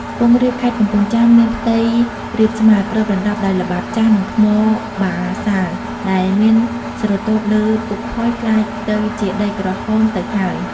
ខ្ពង់រាបខេត្តកំពង់ចាមមានផ្ទៃរាបស្មើ គ្របដណ្តប់ដោយល្បាប់ ចាស់ និងថ្មបាសាល់ ដែលមានស្រទាប់លើពុកផុយ ក្លាយទៅជាដីក្រហមទៅ ហើយ ។